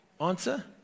Answer